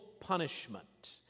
punishment